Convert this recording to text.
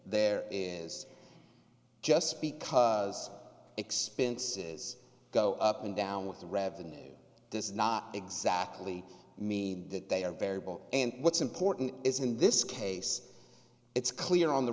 there is just because expenses go up and down with the revenue does not exactly mean that they are variable and what's important is in this case it's clear on the